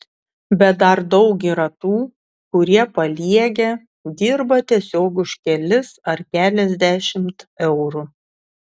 bet dar daug yra tų kurie paliegę dirba tiesiog už kelis ar keliasdešimt eurų